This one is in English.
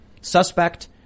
Suspect